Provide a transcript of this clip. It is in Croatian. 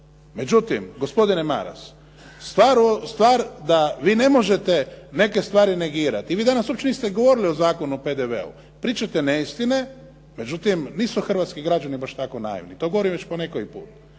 Međutim, gospodine Maras stvar da vi ne možete neke stvari negirati. I vi danas uopće niste govorili o Zakonu o PDV-u. Pričate neistine, međutim nisu hrvatski građani baš tako naivni. To govorim već po nekoji put.